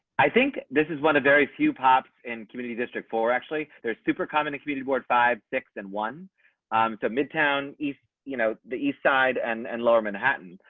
i think this is one of very few pops in community district for actually they're super common a community board, five, six and one to midtown east, you know, the side and and lower manhattan,